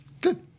Good